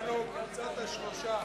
ההסתייגות של קבוצת סיעת מרצ לסעיף 04,